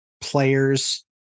players